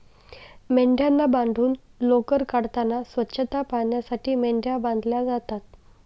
मेंढ्यांना बांधून लोकर काढताना स्वच्छता पाळण्यासाठी मेंढ्या बांधल्या जातात